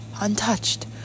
untouched